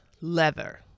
leather